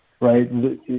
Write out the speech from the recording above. Right